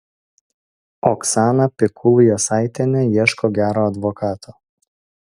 oksana pikul jasaitienė ieško gero advokato